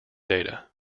data